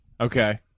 Okay